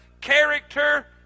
character